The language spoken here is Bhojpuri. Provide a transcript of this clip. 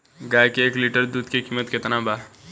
गाय के एक लीटर दुध के कीमत केतना बा?